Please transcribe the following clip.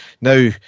now